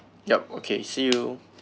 yup okay see you